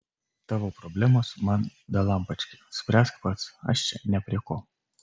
tavo problemos man dalampački spręsk pats aš čia ne prie ko